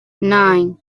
nine